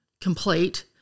complete